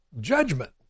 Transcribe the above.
judgment